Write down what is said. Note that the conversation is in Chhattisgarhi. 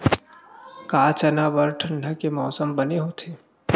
का चना बर ठंडा के मौसम बने होथे?